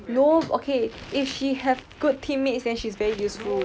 no okay if she have good team mates then she's very useful